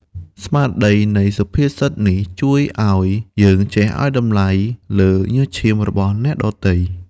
ស្មារតីនៃសុភាសិតនេះ ជួយឱ្យយើងចេះឱ្យតម្លៃលើញើសឈាមរបស់អ្នកដទៃ។